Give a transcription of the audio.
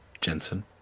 Jensen